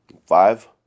Five